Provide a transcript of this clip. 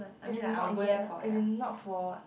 as in not yet lah as in not for waht